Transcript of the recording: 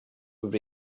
would